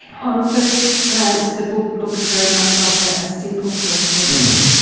on first glance the book looks very much like a ah simple self-help book.